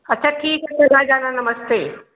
अच्छा ठीक है आ जाना नमस्ते